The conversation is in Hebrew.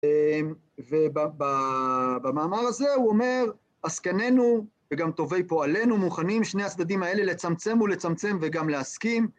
ובמאמר הזה הוא אומר, עסקננו וגם טובי פועלנו מוכנים שני הצדדים האלה לצמצם ולצמצם וגם להסכים.